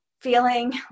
feeling